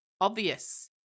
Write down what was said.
obvious